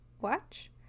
watch